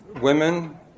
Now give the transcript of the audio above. women